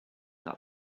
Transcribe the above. that